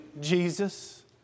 Jesus